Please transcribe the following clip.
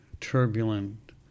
turbulent